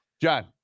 John